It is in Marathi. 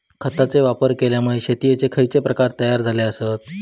खतांचे वापर केल्यामुळे शेतीयेचे खैचे प्रकार तयार झाले आसत?